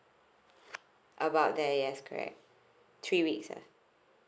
about there yes correct three weeks ah